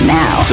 now